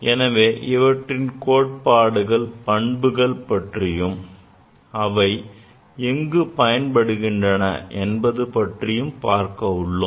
எனவே இவற்றின் கோட்பாடுகள் பண்புகள் பற்றியும் அவை எங்கு பயன்படுகின்றன என்பது பற்றியும் பார்க்க உள்ளோம்